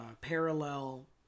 parallel